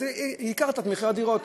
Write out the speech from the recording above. אז ייקרת את מחירי הדירות.